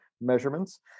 measurements